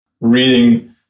reading